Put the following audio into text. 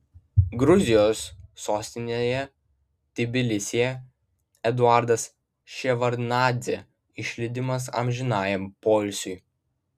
gruzijos sostinėje tbilisyje eduardas ševardnadzė išlydimas amžinajam poilsiui